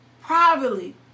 privately